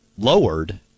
lowered